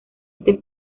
este